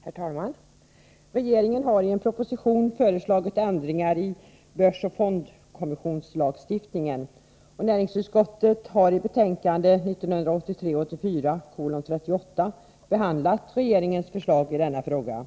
Herr talman! Regeringen har i en proposition föreslagit ändringar i börsoch fondkommissionslagstiftningen. Näringsutskottet har i sitt betänkande 1983/84:38 behandlat regeringens förslag i denna fråga.